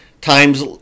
times